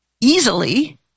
easily